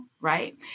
right